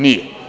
Nije.